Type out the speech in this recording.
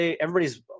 everybody's